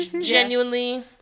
Genuinely